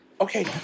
Okay